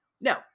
No